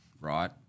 right